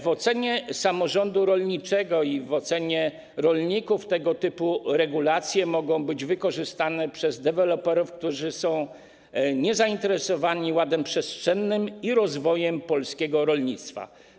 W ocenie samorządu rolniczego i w ocenie rolników tego typu regulacje mogą być wykorzystane przez deweloperów, którzy są niezainteresowani ładem przestrzennym i rozwojem polskiego rolnictwa.